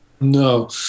No